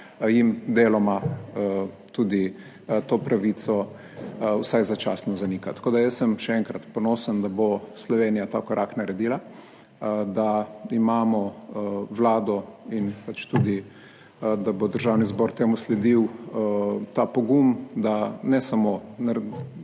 jim deloma tudi to pravico vsaj začasno zanika. Tako da jaz sem, še enkrat, ponosen, da bo Slovenija ta korak naredila, da imamo vlado in pač tudi, da bo Državni zbor temu sledil, ta pogum, da ne samo